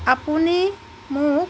আপুনি মোক